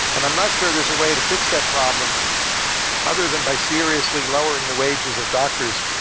and i'm not sure there's a way to fix that problem other than by seriously lowering the wages of doctors,